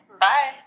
bye